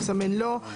יסמן לא.